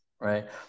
right